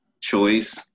choice